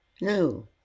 No